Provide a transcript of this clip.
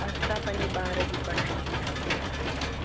असां पंहिंजे ॿार जी पढ़ाई जे करे हिते आयासीं